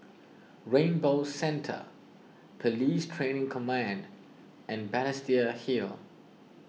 Rainbow Centre Police Training Command and Balestier Hill